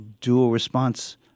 dual-response